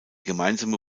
gemeinsame